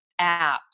apps